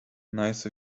nice